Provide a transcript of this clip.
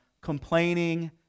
complaining